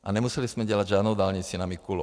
A nemuseli jsme dělat žádnou dálnici na Mikulov.